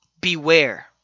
Beware